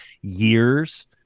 years